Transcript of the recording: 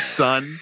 son